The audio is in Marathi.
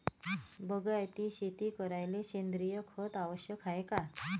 बागायती शेती करायले सेंद्रिय खत आवश्यक हाये का?